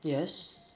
yes